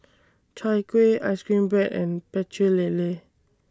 Chai Kuih Ice Cream Bread and Pecel Lele